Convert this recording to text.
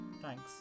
Thanks